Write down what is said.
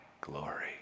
glory